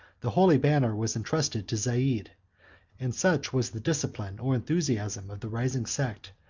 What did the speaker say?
the holy banner was intrusted to zeid and such was the discipline or enthusiasm of the rising sect,